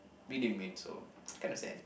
we didn't win so kind of sad